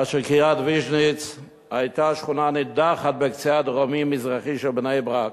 כאשר קריית-ויז'ניץ' היתה שכונה נידחת בקצה הדרומי-מזרחי של בני-ברק,